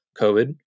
COVID